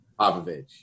Popovich